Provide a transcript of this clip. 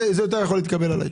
זה יכול להיות מקובל עלי.